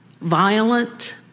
violent